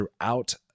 throughout